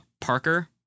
Parker